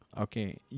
Okay